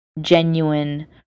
genuine